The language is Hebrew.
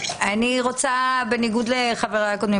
בניגוד לחבריי הקודמים,